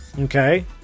Okay